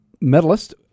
Medalist